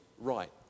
right